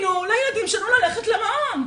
תנו לילדים שלנו ללכת למעון.